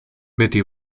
betty